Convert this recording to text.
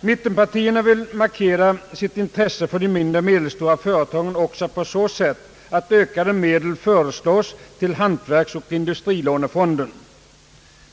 Mittenpartierna vill markera sitt intresse för de mindre och medelstora företagen också på så sätt att ökade medel föreslås till hantverksoch industrilånefonden.